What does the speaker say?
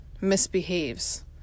misbehaves